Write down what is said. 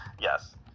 Yes